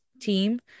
team